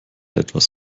etwas